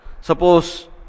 suppose